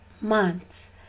months